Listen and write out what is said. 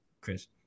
Chris